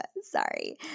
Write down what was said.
sorry